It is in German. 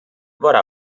war